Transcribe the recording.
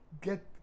get